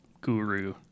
guru